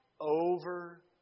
over